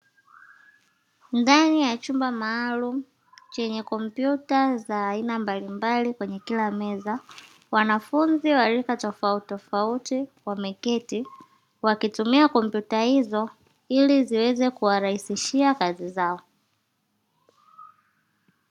Ndani ya chumba maalumu chenye kompyuta za aina mbalimbali kwenye kila meza, wanafunzi wa rika tofautitofauti wameketi wakitumia kompyuta hizo ili ziweze kuwarahisishia kazi zao.